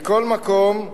מכל מקום,